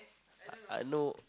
I I know